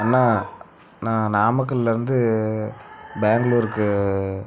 அண்ணா நான் நாமக்கல்லேருந்து பேங்களூருக்கு